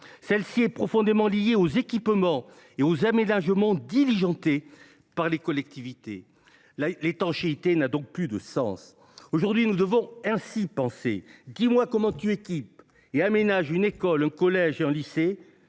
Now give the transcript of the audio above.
Celle ci est profondément liée aux équipements et aux aménagements diligentés par les collectivités. L’étanchéité n’a donc plus de sens. Aujourd’hui, nous devons penser ainsi :« Dis moi comment tu équipes et aménages une école, un collège ou un lycée,